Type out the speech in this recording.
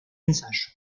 ensayo